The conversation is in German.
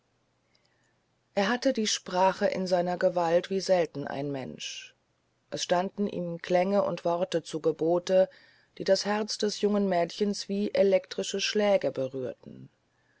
er hatte die sprache in seiner gewalt wie selten ein mensch es standen ihm klänge und worte zu gebote die das herz des jungen mädchens wie elektrische schläge berührten